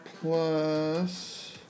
plus